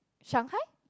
Shanghai